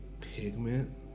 Pigment